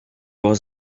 was